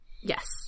Yes